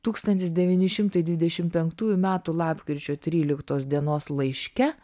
tūkstantis devyni šimtai dvidešim penktųjų metų lapkričio tryliktos dienos laiške